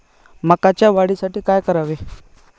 मकाच्या वाढीसाठी काय करावे?